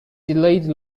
delayed